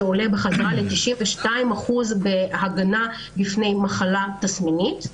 שעולה בחזרה ל-92% בהגנה בפני מחלה תסמינית.